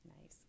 Nice